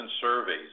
surveys